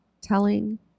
telling